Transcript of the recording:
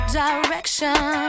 direction